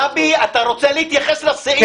אתה רוצה להתייחס לסעיף?